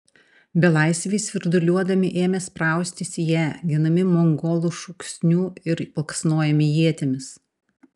belaisviai svirduliuodami ėmė spraustis į ją genami mongolų šūksnių ir baksnojami ietimis